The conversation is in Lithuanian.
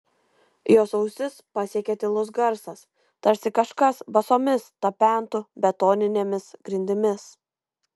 jos ausis pasiekė tylus garsas tarsi kažkas basomis tapentų betoninėmis grindimis